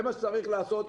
זה מה שצריך לעשות.